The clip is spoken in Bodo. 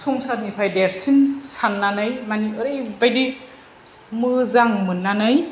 संसारनिफ्राय देरसिन साननानै मानि ओरैबादि मोजां मोननानै